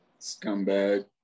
Scumbag